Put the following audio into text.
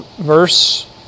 verse